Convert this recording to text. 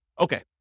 Okay